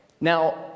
Now